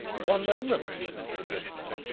one moment, mr. drishna,